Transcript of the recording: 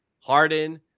Harden